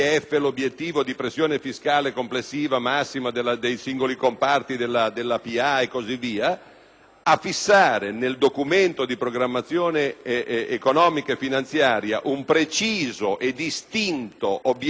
«a fissare nel Documento di programmazione economico-finanziaria un preciso e distinto obiettivo di spesa corrente, di spesa corrente primaria, di spesa in conto capitale